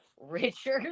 richard